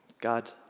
God